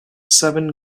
seven